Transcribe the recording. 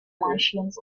martians